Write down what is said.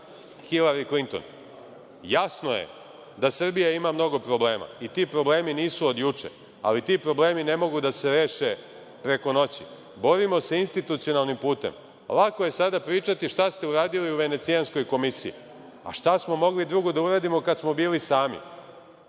Hilari Klinton. Jasno je da Srbija ima mnogo problema i ti problemi nisu od juče, ali ti problemi ne mogu da se reše preko noći. Borimo se institucionalnim putem. Lako je sada pričati šta ste uradili u Venecijanskoj komisiji. A šta smo mogli drugo da uradimo kada smo bili sami?